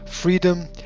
Freedom